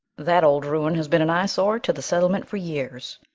that old ruin has been an eyesore to the settlement for years.